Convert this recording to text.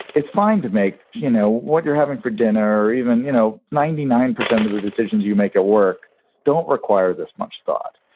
it's fine to make you know what you're having for dinner even you know ninety nine percent of the decisions you make at work don't require this much thought,